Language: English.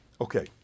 Okay